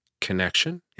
connection